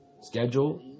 schedule